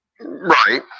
Right